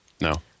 No